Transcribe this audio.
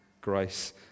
grace